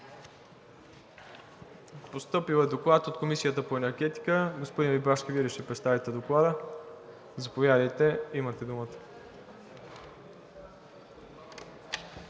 Постъпил е Доклад от Комисията по енергетика. Господин Рибарски, Вие ли ще представите Доклада – заповядайте, имате думата.